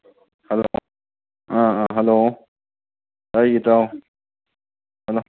ꯑꯥ ꯑꯥ ꯍꯜꯂꯣ ꯇꯥꯏꯌꯦ ꯏꯇꯥꯎ ꯍꯜꯂꯣ